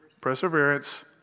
Perseverance